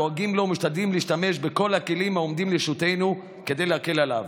דואגים לו ומשתדלים להשתמש בכל הכלים העומדים לרשותנו כדי להקל עליו,